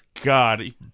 God